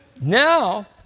Now